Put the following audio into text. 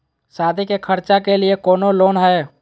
सादी के खर्चा के लिए कौनो लोन है?